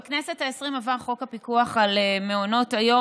בכנסת העשרים עבר חוק הפיקוח על מעונות היום,